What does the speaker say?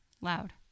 loud